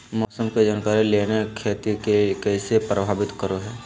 मौसम के जानकारी लेना खेती के कैसे प्रभावित करो है?